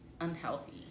unhealthy